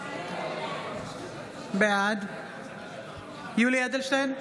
בעד יולי יואל אדלשטיין,